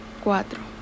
cuatro